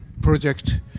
Project